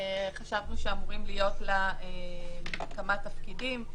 חשבנו שאמורים להיות לה כמה תפקידים.